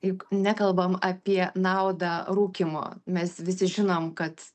juk nekalbam apie naudą rūkymo mes visi žinom kad